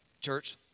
Church